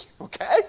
Okay